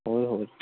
ਹੋਰ ਹੋਰ